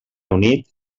unit